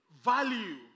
value